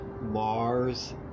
Mars